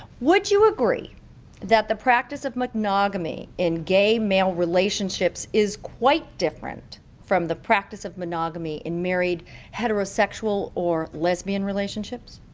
would you agree that the practice of monogamy in gay male relationships is quite different from the practice of monogamy in married heterosexual or lesbian relationships?